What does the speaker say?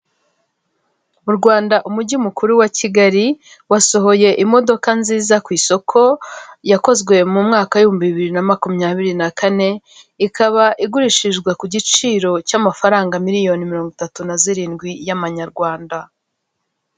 Mu Rwanda umugi mukuru wa Kigali wasohoye imodoka nziza ku isoko yakozwe mu mwaka w'ibihumbi bibiri na makumyabiri na kane, ikaba igurishirijwe ku giciro cy'amafaranga miliyoni mirongo itatu na zirindwi y'amanyarwanda.